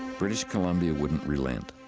british columbia wouldn't relent.